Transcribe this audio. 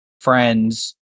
friends